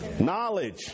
Knowledge